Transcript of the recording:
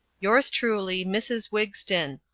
yours truly mrs. wigston.